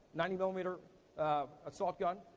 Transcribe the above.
ninety millimeter assault gun,